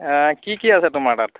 কি কি আছে তোমাৰ তাত